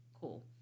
Cool